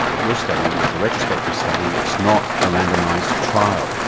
your study is a retrospective study it's not a randomised trial.